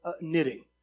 knitting